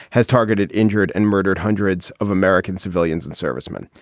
has targeted, injured and murdered hundreds of american civilians and servicemen.